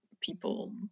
people